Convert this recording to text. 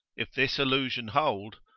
if this allusion hold,